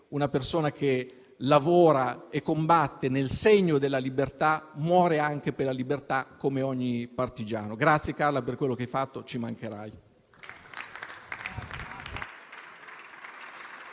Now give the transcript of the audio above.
una persona che lavora e combatte nel segno della libertà muore anche per la libertà come ogni partigiano. Grazie, Carla, per quello che hai fatto. Ci mancherai.